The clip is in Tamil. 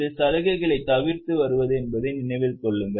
இது சலுகைகளைத் தவிர்த்து வருவது என்பதை நினைவில் கொள்ளுங்கள்